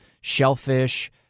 shellfish